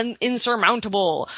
insurmountable